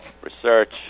Research